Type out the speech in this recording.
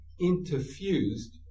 interfused